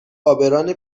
عابران